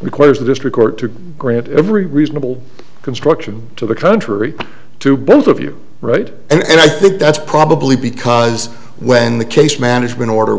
requires the district court to grant every reasonable construction to the contrary to both of you right and i think that's probably because when the case management order